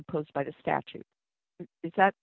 imposed by the statute is that